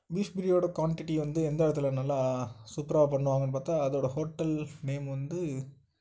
beef பிரியோடய quantity வந்து எந்த இடத்துல நல்லா சூப்பராக பண்ணுவாங்கன்னு பார்த்தா அதோடய ஹோட்டல் நேம் வந்து